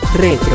Retro